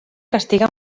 castiga